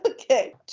okay